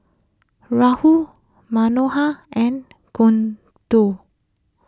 Rahul Manohar and Gouthu